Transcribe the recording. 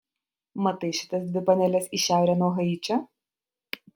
matai šitas dvi paneles į šiaurę nuo haičio